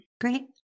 Great